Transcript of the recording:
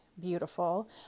beautiful